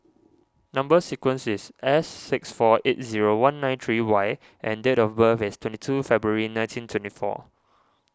Number Sequence is S six four eight zero one nine three Y and date of birth is twenty two February nineteen twenty four